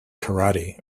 karate